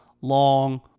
long